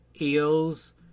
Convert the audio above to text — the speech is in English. Eels